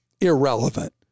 irrelevant